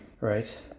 right